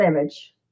image